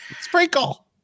sprinkle